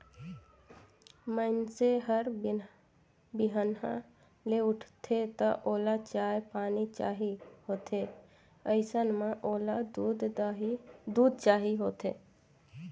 मइनसे हर बिहनहा ले उठथे त ओला चाय पानी चाही होथे अइसन म ओला दूद चाही होथे